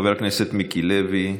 חבר הכנסת מיקי לוי.